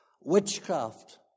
witchcraft